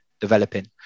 developing